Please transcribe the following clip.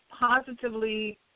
positively